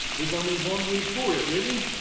there's only one word for it, really